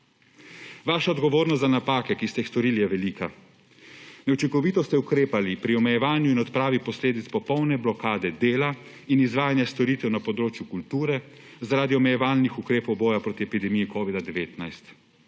Vaša odgovornost za napake, ki ste jih storili, je velika. Neučinkovito ste ukrepali pri omejevanju in odpravi posledic popolne blokade dela in izvajanje storitev na področju kulture zaradi omejevalnih ukrepov boja proti epidemiji covida-19.